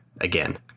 again